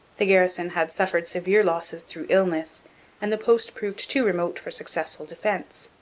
the garrison had suffered severe losses through illness and the post proved too remote for successful defence.